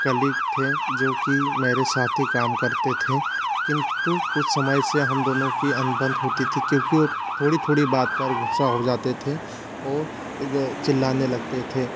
colleague थे जोकि मेरे साथ ही काम करते थे किंतु कुछ समय से हम दोनों की अनबन होती थी क्योंकि वो थोड़ी थोड़ी बात पर गुस्सा हो जाते थे और चिल्लाने लगते थे